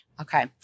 Okay